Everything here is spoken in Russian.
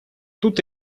тут